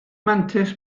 mantais